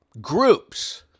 groups